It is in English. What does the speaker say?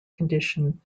condition